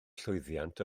llwyddiant